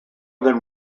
than